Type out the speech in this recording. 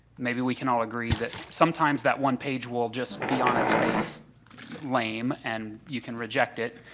maybe we can all agree that sometimes that one page will just be on its face lame and you can reject it.